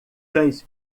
cães